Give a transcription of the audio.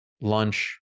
lunch